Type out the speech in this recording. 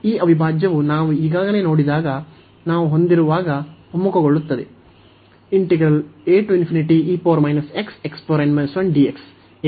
ಈ ಅವಿಭಾಜ್ಯವು ನಾವು ಈಗಾಗಲೇ ನೋಡಿದಾಗ ನಾವು ಹೊಂದಿರುವಾಗ ಒಮ್ಮುಖಗೊಳ್ಳುತ್ತದೆ